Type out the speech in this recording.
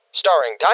starring